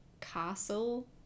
castle